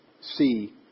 see